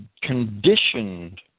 conditioned